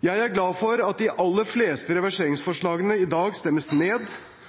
Jeg er glad for at de aller fleste reverseringsforslagene i dag stemmes ned.